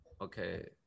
okay